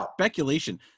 speculation